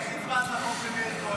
איך הצבעת לחוק של מאיר כהן?